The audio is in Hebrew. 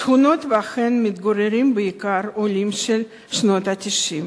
שכונות שבהן מתגוררים בעיקר העולים של שנות ה-90,